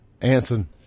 Anson